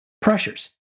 pressures